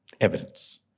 Evidence